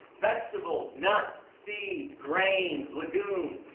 vegetables, nuts, seeds, grains, legumes.